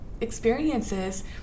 experiences